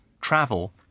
travel